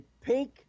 pink